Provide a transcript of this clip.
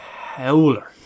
howler